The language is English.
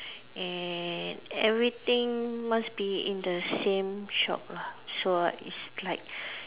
and everything must be in the same shop lah so it's like